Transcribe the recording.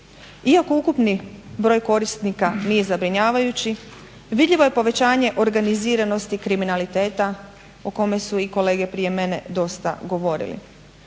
Iako ukupni broj korisnika nije zabrinjavajući vidljivo je povećanje organiziranosti kriminaliteta o čemu su i kolege prije mene dosta govorile,